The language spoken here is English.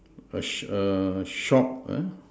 a sh~ err shop uh